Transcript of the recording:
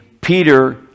Peter